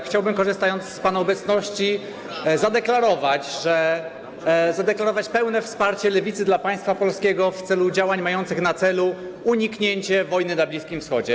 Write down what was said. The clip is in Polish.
Chciałbym, korzystając z pana obecności, zadeklarować pełne wsparcie Lewicy dla państwa polskiego w celu podjęcia działań mających na celu uniknięcie wojny na Bliskim Wschodzie.